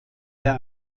der